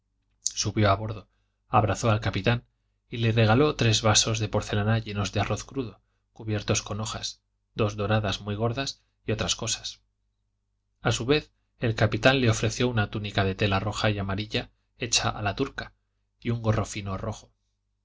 subió a bordo abrazó al capitán y le regaló tres vasos de porcelana llenos de arroz crudo cubiertos con hojas dos doradas muy gordas y otras cosas a su vez el capitán le ofreció una túnica de tela roja y amarilla hecha a la turca y un gorro fino rojo